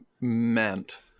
meant